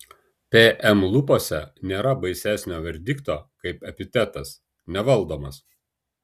pm lūpose nėra baisesnio verdikto kaip epitetas nevaldomas